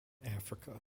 africa